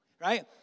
Right